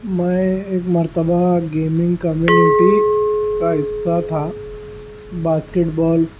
میں ایک مرتبہ گیمنگ کمیونٹی کا حصہ تھا باسکٹ بال